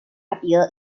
appear